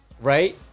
right